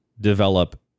Develop